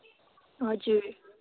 हजुर